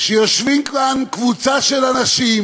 שיושבים כאן קבוצה של אנשים